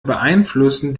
beeinflussen